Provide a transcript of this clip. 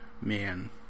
man